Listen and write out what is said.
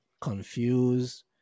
confused